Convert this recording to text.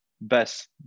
best